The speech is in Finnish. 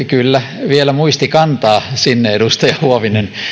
kyllä vielä muisti kantaa sinne edustaja huovinen